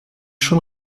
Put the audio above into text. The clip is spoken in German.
schon